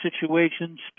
situations